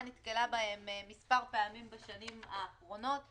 נתקלה בהם מספר פעמים בשנים האחרונות,